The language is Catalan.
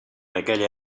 aquella